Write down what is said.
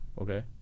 Okay